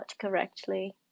correctly